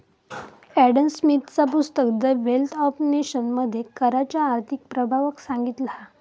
Adam स्मिथचा पुस्तक the wealth of nation मध्ये कराच्या आर्थिक प्रभावाक सांगितला हा